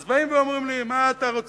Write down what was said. אז באים ואומרים לי: מה אתה רוצה?